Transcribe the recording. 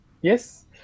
Yes